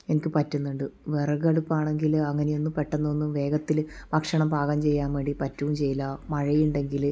എനിക്ക് പറ്റുന്നുണ്ട് വിറകടുപ്പ് ആണെങ്കിൽ അങ്ങനെയൊന്നും പെട്ടെന്ന് ഒന്നും വേഗത്തിൽ ഭക്ഷണം പാകം ചെയ്യാൻ വേണ്ടി പറ്റുകയും ചെയ്യില്ല മഴയുണ്ടെങ്കിൽ